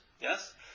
yes